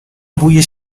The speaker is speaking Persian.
بوی